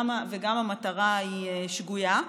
וגם המטרה היא שגויה.